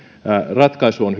ratkaisu on